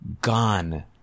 gone